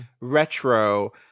Retro